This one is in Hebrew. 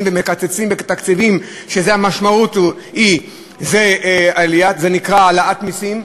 ומקצצים בתקציבים והמשמעות של זה היא העלאת מסים?